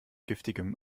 giftigem